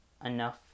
enough